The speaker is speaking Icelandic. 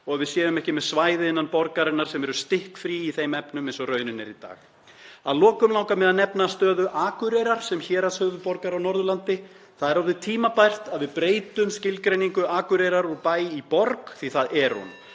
og við séum ekki með svæði innan borgarinnar sem eru stikkfrí í þeim efnum eins og raunin er í dag. Að lokum langar mig að nefna stöðu Akureyrar sem héraðshöfuðborgar á Norðurlandi. Það er orðið tímabært að við breytum skilgreiningu Akureyrar úr bæ í borg, því það er hún.